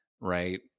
right